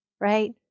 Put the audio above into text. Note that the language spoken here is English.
right